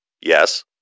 Yes